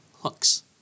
hooks